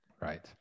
Right